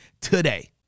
today